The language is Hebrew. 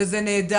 וזה נהדר